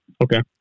Okay